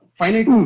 finite